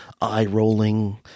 eye-rolling